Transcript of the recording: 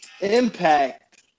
impact